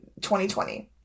2020